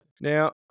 Now